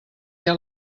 què